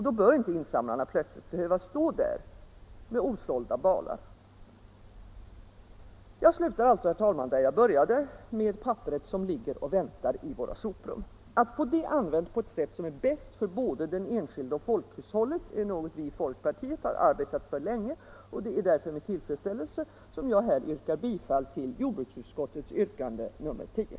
Då bör inte insamlarna plötsligt behöva stå där med osålda balar. Jag slutar alltså, herr talman, där jag började — med papperet som ligger och väntar i våra soprum. Att få det använt på ett sätt som är bäst för både den enskilde och folkhushållet är något vi i folkpartiet har arbetat för länge, och det är därför med tillfredsställelse jag yrkar bifall tili jordbruksutskottets hemställan i betänkandet nr 10.